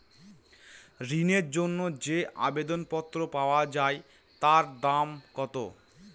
ঋণের জন্য যে আবেদন পত্র পাওয়া য়ায় তার দাম কত?